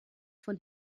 von